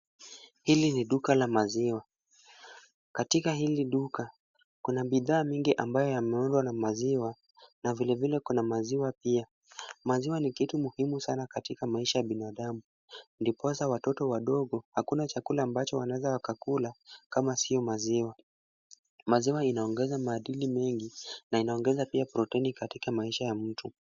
Hili ni duka la maziwa, katika hili duka kuna bidhaa mingi ambayo yameuzwa na maziwa na vilevile kuna maziwa pia, maziwa ni kitu muhimu sana katika maisha ya binadamu, ndiposa watoto wadogo hakuna chakula ambacho wanaweza wakakula kama sio maziwa, maziwa inaongeza madini mengi na inaongeza pia protini katika maisha ya mtu.